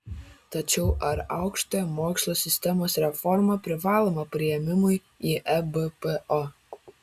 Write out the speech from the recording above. tačiau ar aukštojo mokslo sistemos reforma privaloma priėmimui į ebpo